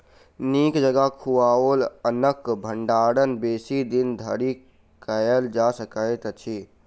नीक जकाँ सुखाओल अन्नक भंडारण बेसी दिन धरि कयल जा सकैत अछि